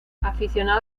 aficionado